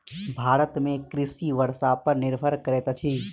भारत में कृषि वर्षा पर निर्भर करैत अछि